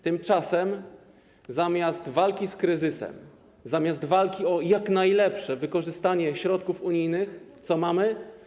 Tymczasem zamiast walki z kryzysem, zamiast walki o jak najlepsze wykorzystanie środków unijnych co mamy?